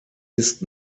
ist